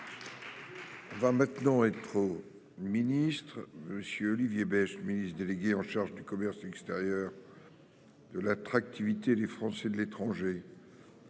Va maintenant être trop ministre monsieur Olivier Becht, Ministre délégué en charge du commerce extérieur.-- De l'attractivité. Les Français de l'étranger.--